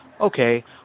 okay